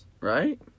right